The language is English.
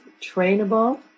trainable